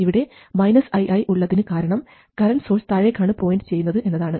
ഇവിടെ minus ii ഉള്ളതിന് കാരണം കറണ്ട് സോഴ്സ് താഴേക്കാണ് പോയിന്റ് ചെയ്യുന്നത് എന്നതാണ്